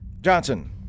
Johnson